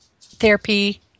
therapy